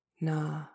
na